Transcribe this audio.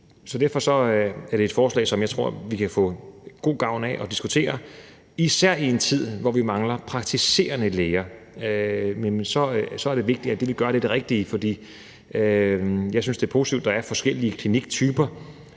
Så derfor er det et forslag, som jeg tror vi kan få god gavn af at diskutere. Især i en tid, hvor vi mangler praktiserende læger, er det vigtigt, at det, vi gør, er det rigtige. For jeg synes, det er positivt, at der er forskellige kliniktyper,